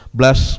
bless